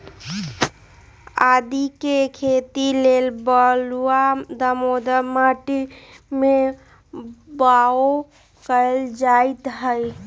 आदीके खेती लेल बलूआ दोमट माटी में बाओ कएल जाइत हई